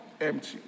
Empty